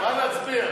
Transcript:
מה להצביע?